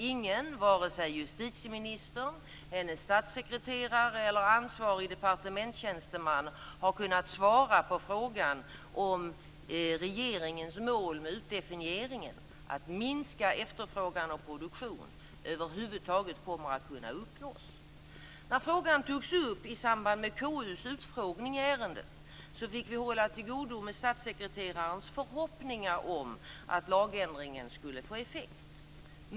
Ingen, vare sig justitieministern, hennes statssekreterare eller annan ansvarig departementstjänsteman, har kunnat svara på frågan om huruvida regeringens mål med utdefinieringen - att minska efterfrågan och produktion - över huvud taget kommer att kunna uppnås. När frågan togs upp i samband med KU:s utfrågning i ärendet fick vi hålla till godo med statssekreterarens förhoppningar om att lagändringen skulle få effekt.